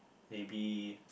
maybe